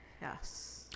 yes